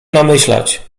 namyślać